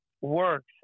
works